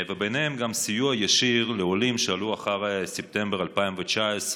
וביניהן גם סיוע ישיר לעולים שעלו אחרי ספטמבר 2019,